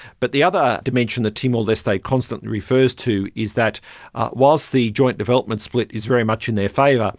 but the other dimension that timor-leste like constantly refers to is that whilst the joint development split is very much in their favour,